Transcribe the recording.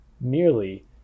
merely